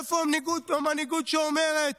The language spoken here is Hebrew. איפה המנהיגות שאומרת: